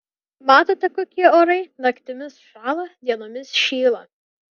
matote kokie orai naktimis šąla dienomis šyla